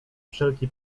wszelki